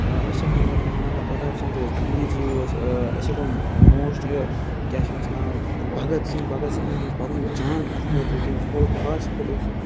أسۍ چھِ ہٮ۪کان ؤنِتھ مہارانا پرٛتاپ سِنٛگھ اوس گاندھی جی اوس أسۍ ہیٚکو موسٹ یہِ کیٛاہ چھُ أمِس ناو بھگَت سِنٛگھ بھگت سِنٛگھَن ہِنٛز پَنٕنۍ جان اَتھ خٲطرٕ تٔمِس کھول پھاسہِ کھولُکھ سُہ